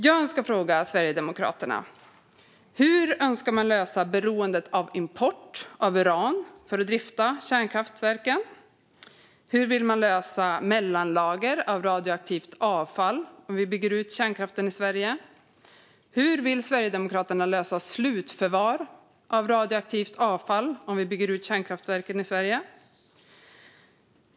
Jag vill fråga Sverigedemokraterna: Hur önskar man lösa beroendet av import av uran för att drifta kärnkraftverken? Hur vill man lösa mellanlager av radioaktivt avfall om vi bygger ut kärnkraften i Sverige? Hur vill Sverigedemokraterna lösa slutförvar av radioaktivt avfall om vi bygger ut kärnkraftverken i Sverige?